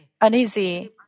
uneasy